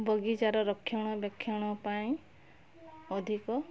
ବଗିଚାର ରକ୍ଷଣବେକ୍ଷଣ ପାଇଁ ଅଧିକ